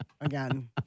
Again